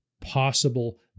possible